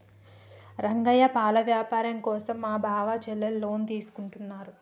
రంగయ్య పాల వ్యాపారం కోసం మా బావ చెల్లెలు లోన్ తీసుకుంటున్నారు